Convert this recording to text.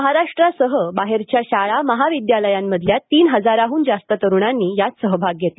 महाराष्ट्रासह बाहेरच्या शाळा महाविद्यालयांमधल्या तीन हजाराहून जास्त तरुणांनी यात सहभाग घेतला